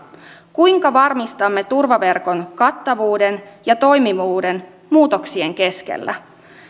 kuinka varmistamme turvaverkon kattavuuden ja toimivuuden muutoksien keskellä